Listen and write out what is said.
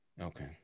Okay